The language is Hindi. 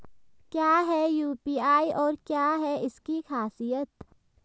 क्या है यू.पी.आई और क्या है इसकी खासियत?